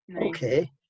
Okay